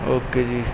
okay ਜੀ